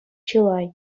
чылай